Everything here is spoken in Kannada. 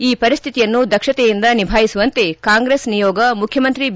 ಈ ಪರಿಸ್ಥಿತಿಯನ್ನು ದಕ್ಷತೆಯಿಂದ ನಿಭಾಯಿಸುವಂತೆ ಕಾಂಗ್ರೆಸ್ ನಿಯೋಗ ಮುಖ್ಯಮಂತ್ರಿ ಬಿ